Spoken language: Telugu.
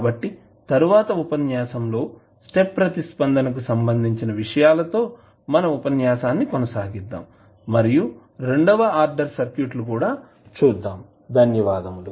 కాబట్టి తరువాతి ఉపన్యాసంలో స్టెప్ ప్రతిస్పందనకు సంబంధించిన విషయాలతో మన ఉపన్యాసాన్నికొనసాగిద్దాం మరియు రెండవ ఆర్డర్ సర్క్యూట్లు కూడా చూద్దాం ధన్యవాదాలు